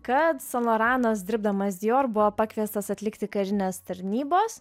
kad san loranas dirbdamas dijor buvo pakviestas atlikti karinės tarnybos